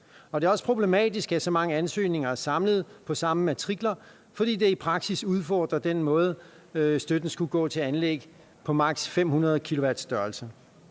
det er også problematisk, at så mange ansøgninger er samlet på de samme matrikler, fordi det i praksis udfordrer den måde, støtten skulle gives på, nemlig til anlæg på maks. 500 kW.